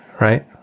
right